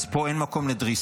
אז פה אין מקום לדריסה.